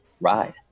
ride